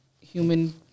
human